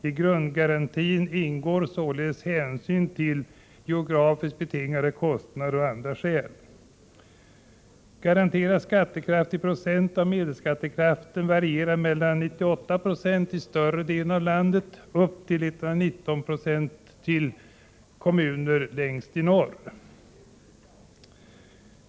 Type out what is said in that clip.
I grundgarantin ingår således hänsyn till geografiskt betingade merkostnader, o. d. Garanterad skattekraft i procent av medelskattekraften varierar från 98 Zo i större delen av landet upp till 119 20 i kommuner längst upp i norr.